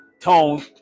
tone